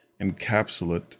encapsulate